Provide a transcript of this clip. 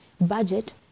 budget